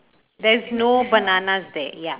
there's no bananas there ya